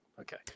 okay